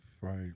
right